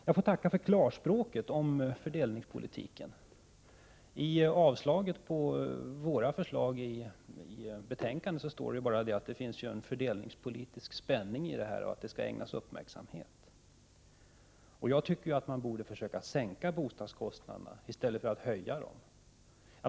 Jag får tacka för klarspråket om fördelningspolitiken. I yrkandet om avslag på våra förslag i betänkandet står bara att det finns en fördelningspolitisk spänning i detta, och att den skall ägnas uppmärksamhet. Jag tycker att man borde försöka sänka bostadskostnaderna i stället för att höja dem.